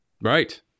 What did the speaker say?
Right